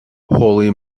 holy